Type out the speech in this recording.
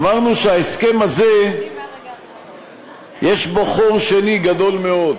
אמרנו שההסכם הזה יש בו חור שני גדול מאוד: